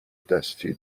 دستی